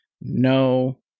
No